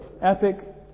epic